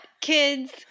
kids